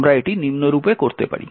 আমরা এটি নিম্নরূপে করতে পারি